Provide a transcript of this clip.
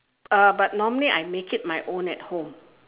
uh but normally I make it my own at home